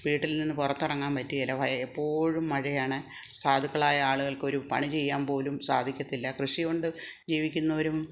വീട്ടിൽ നിന്ന് പുറത്തിറങ്ങാൻ പറ്റുകില്ല ബയ എപ്പോഴും മഴയാണ് സാധുക്കളായ ആളുകൾക്ക് ഒരു പണി ചെയ്യാൻ പോലും സാധിക്കത്തില്ല കൃഷി കൊണ്ട് ജീവിക്കുന്നവരും